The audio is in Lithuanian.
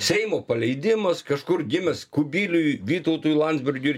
seimo paleidimas kažkur gimęs kubiliui vytautui landsbergiui